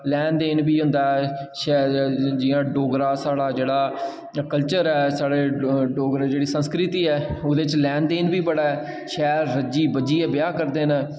लेन देन बी होंदा ऐ जि'यां डोगरा जेह्ड़ा साढ़ा कल्चर ऐ साढ़ी डोगरी जेह्ड़ी संस्कृति ऐ ओह्दे बिच्च लेन देन बी बड़ा ऐ शैल रजी बज्जियै ब्याह् करदे न